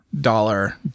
dollar